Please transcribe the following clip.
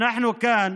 אנחנו כאן